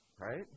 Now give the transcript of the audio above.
Right